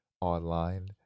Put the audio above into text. online